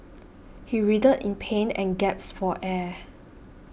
he writhed in pain and gasped for air